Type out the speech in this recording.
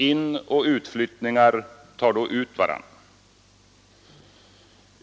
Inoch utflyttningar tar då ut varandra.